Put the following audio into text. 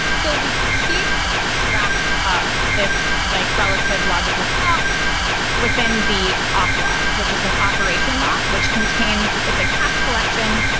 so we keep track of this like relative logical clock within the oplog, which is in operation lot, which contains it's a capped collection,